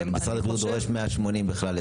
משרד הבריאות דורש 180 ל-23'-24'.